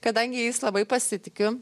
kadangi jais labai pasitikiu